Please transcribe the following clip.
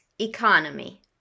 economy